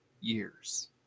years